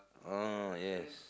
hmm yes